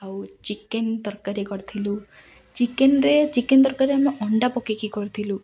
ଆଉ ଚିକେନ୍ ତରକାରୀ କରିଥିଲୁ ଚିକେନ୍ରେ ଚିକେନ୍ ତରକାରୀ ଆମେ ଅଣ୍ଡା ପକେଇକି କରିଥିଲୁ